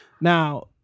now